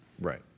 right